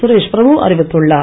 சுரேஷ் பிரபு அறிவித்துள்ளார்